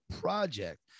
project